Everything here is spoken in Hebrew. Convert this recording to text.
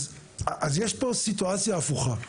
אז יש פה סיטואציה הפוכה.